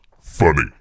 funny